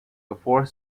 before